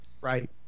right